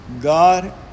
God